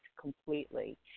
completely